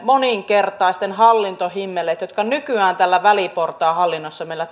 moninkertaiset hallintohimmelit jotka nykyään väliportaan hallinnossa meillä